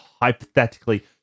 hypothetically